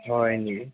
হয় নেকি অঁ